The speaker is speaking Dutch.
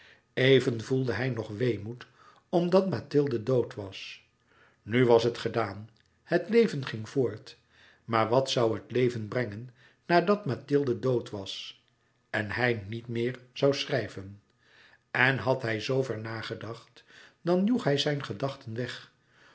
even voelde hij nog weemoed omdat mathilde dood was nu was het gedaan het leven ging voort maar wat zoû het leven brengen nadat mathilde dood was en hij niet meer zoû schrijven en had hij zver nagedacht dan joeg hij zijn gedachten weg